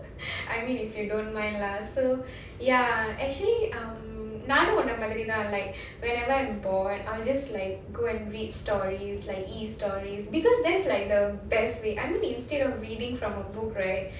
I mean if you don't mind lah so ya actually um நானும் உன்ன மாதிரிதா:naanum unna maadhiridha like whenever I'm bored I'll just like go and read stories like e-stories because that's like the best way I mean instead of reading from a book right